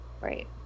Right